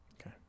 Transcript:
Okay